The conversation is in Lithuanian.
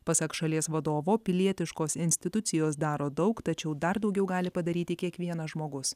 pasak šalies vadovo pilietiškos institucijos daro daug tačiau dar daugiau gali padaryti kiekvienas žmogus